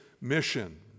mission